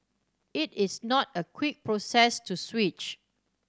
it is not a quick process to switch